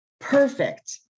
Perfect